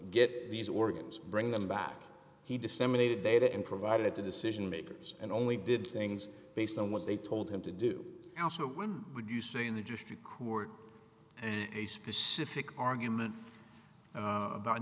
get these organs bring them back he disseminated data and provided to decision makers and only did things based on what they told him to do would you say in the district court and a specific argument about